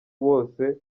wose